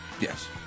Yes